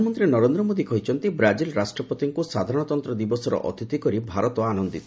ପ୍ରଧାନମନ୍ତ୍ରୀ ନରେନ୍ଦ୍ର ମୋଦି କହିଛନ୍ତି ବ୍ରାଜିଲ୍ ରାଷ୍ଟ୍ରପତିଙ୍କୁ ସାଧାରଣତନ୍ତ ଦିବସର ଅତିଥି କରି ଭାରତ ଆନନ୍ଦିତ